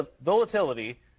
volatility